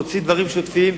להוציא דברים שוטפים.